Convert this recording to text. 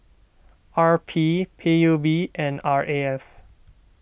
R P P U B and R A F